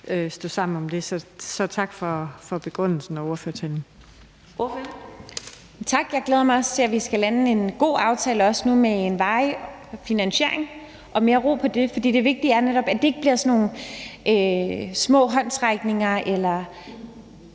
vi sammen om det. Så tak for begrundelsen og ordførertalen.